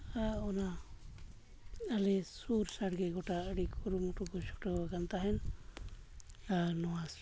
ᱟᱨ ᱚᱱᱟ ᱟᱞᱮ ᱥᱩᱨ ᱥᱟᱰᱜᱮ ᱜᱚᱴᱟ ᱟᱹᱰᱤ ᱠᱩᱨᱩᱢᱩᱩᱴᱩ ᱠᱚ ᱪᱷᱩᱴᱟᱹᱣ ᱟᱠᱟᱱ ᱛᱟᱦᱮᱱ ᱟᱨ ᱱᱚᱣᱟ